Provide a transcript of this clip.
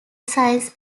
science